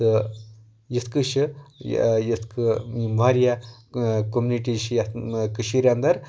تہٕ یِتھ کٔنۍ چھ یِتھ کٔنۍ واریاہ کوٚمنِٹی چھِ یَتھ کٔشیٖرِ اندر